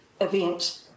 event